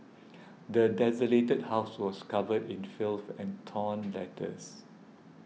the desolated house was covered in filth and torn letters